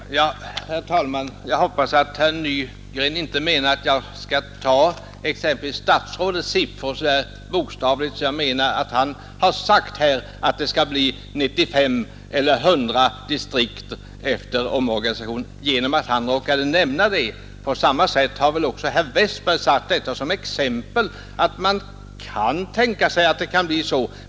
Herr talman! Jag hoppas att herr Nygren inte menar att jag skall ta exempelvis statsrådets siffror så bokstavligt att jag vill hävda att han sagt att det skall bli 95 eller 100 distrikt efter omorganisationen därför att han har råkat nämna de siffrorna. På samma sätt har också herr Westberg anfört detta som exempel på vad man kan tänka sig att reformen skall innebära.